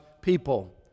people